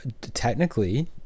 technically